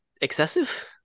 excessive